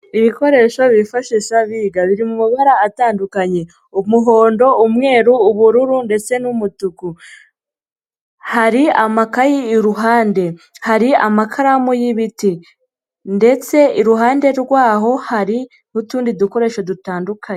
Ibikoresho bifashi biri mu mabara atandukanye, umuhondo, umweru, ubururu ndetse n'umutuku, hari amakayi iruhande, hari amakaramu y'ibiti ndetse iruhande rwaho hari n'utundi dukoresho dutandukanye.